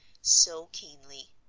so keenly.